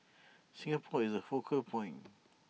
Singapore is the focal point